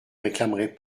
réclamerai